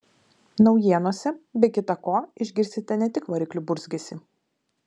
naujienose be kita ko išgirsite ne tik variklių burzgesį